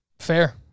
Fair